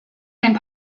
and